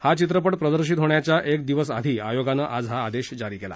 हा चित्रपट प्रदर्शित होण्याच्या एक दिवस आधी आयोगानं आज हा आदेश जारी केला